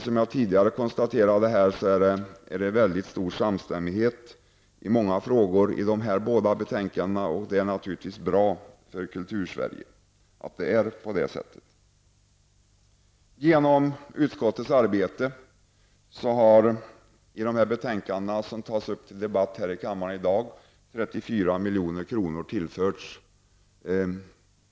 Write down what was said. Som jag tidigare konstaterade finns det en mycket stor samstämmighet i många av de frågor som berörs i betänkandena, och det är naturligtvis bra för Detta kan kanske tyckas vara litet jämfört med andra anslag.